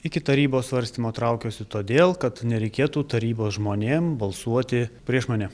iki tarybos svarstymo traukiuosi todėl kad nereikėtų tarybos žmonėm balsuoti prieš mane